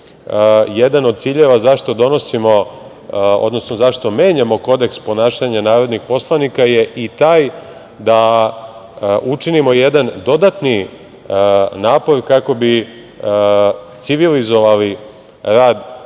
odnosno zašto menjamo Kodeks ponašanja narodnih poslanika je i taj da učinimo jedan dodatni napor kako bi civilizovali rad